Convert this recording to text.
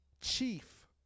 chief